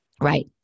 Right